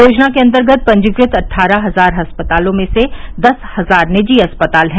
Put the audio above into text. योजना के अंतर्गत पंजीकृत अट्ठारह हजार अस्पतालों में से दस हजार निजी अस्पताल हैं